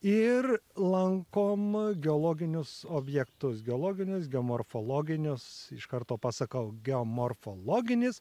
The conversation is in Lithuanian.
ir lankoma geologinius objektus geologinius geomorfologinius iš karto pasakau geomorfologinis